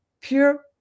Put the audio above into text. pure